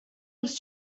els